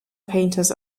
painters